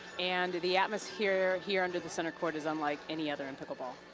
and the atmosphere here here under the center court is unlike any other in pickleball.